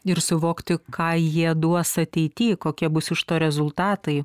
ir suvokti ką jie duos ateity kokie bus iš to rezultatai